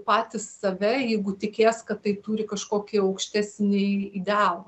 patys save jeigu tikės kad tai turi kažkokį aukštesnį idealą